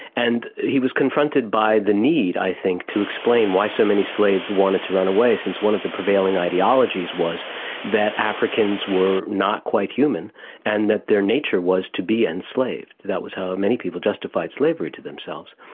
and he was confronted by the need i think to explain why so many slaves wanted to run away, since one of the prevailing ideologies was that africans were not quite human and that their nature was to be enslaved. that was how many people justified slavery to themselves.